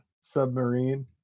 submarine